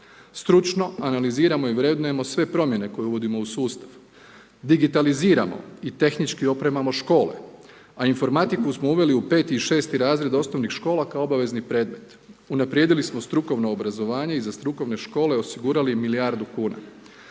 Stručno analiziramo i vrednujemo sve promjene koje uvodimo u sustav, digitaliziramo i tehnički opremamo škole, a informatiku smo uveli u 5. i 6. razred OŠ kao obavezni predmet, unaprijedili smo strukovno obrazovanje i za strukovne škole osigurali milijardu kuna.